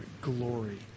Glory